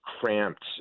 cramped